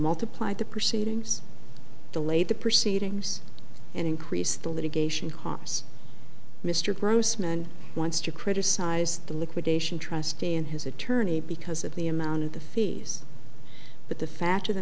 multiply the proceedings delayed the proceedings and increase the litigation costs mr grossman wants to criticize the liquidation trustee and his attorney because of the amount of the fees but the fact of the